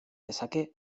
dezake